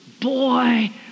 boy